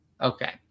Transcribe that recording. Okay